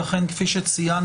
ואכן כפי שציינת,